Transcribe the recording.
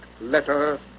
Letter